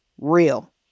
real